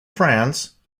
france